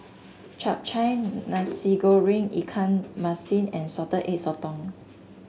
Chap Chai Nasi Goreng Ikan Masin and Salted Egg Sotong